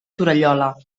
torallola